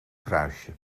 kruisje